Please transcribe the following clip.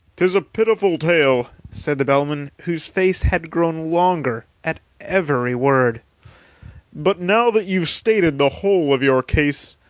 tis a pitiful tale, said the bellman, whose face had grown longer at every word but, now that you've stated the whole of your case,